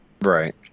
Right